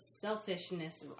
selfishness